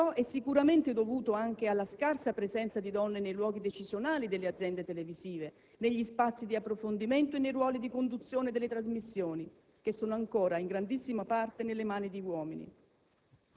Ciò è sicuramente dovuto anche alla scarsa presenza di donne nei luoghi decisionali delle aziende televisive, negli spazi di approfondimento e nei ruoli di conduzione delle trasmissioni, che sono ancora in grandissima parte nelle mani di uomini.